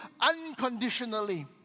unconditionally